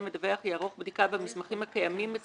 בה שאם הבנק קיבל חוות דעת מעורך דין או רואה